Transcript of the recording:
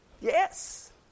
Yes